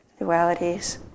Dualities